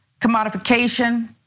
commodification